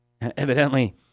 Evidently